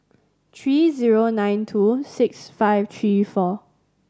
three zero nine two six five three four